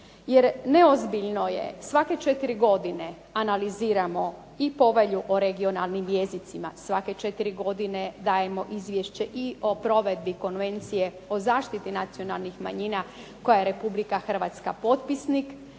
Jer neozbiljno je svake 4 godine analiziramo i Povelju o regionalnim jezicima, svake 4 godine dajemo izvješće i o provedbi Konvencije o zašiti nacionalnih manjina koje je Republike Hrvatska potpisnik,